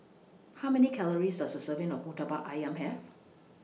How Many Calories Does A Serving of Murtabak Ayam Have